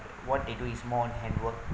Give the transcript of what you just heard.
what they do is more on hand work